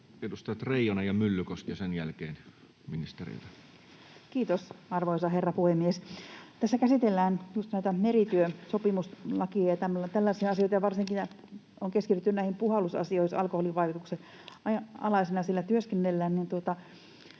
edustajat Reijonen ja Myllykoski ja sen jälkeen ministerille. Kiitos, arvoisa herra puhemies! Tässä käsitellään just merityösopimuslakia ja tällaisia asioita ja varsinkin on keskitytty näihin puhallusasioihin, jos alkoholin vaikutuksen alaisena siellä työskennellään.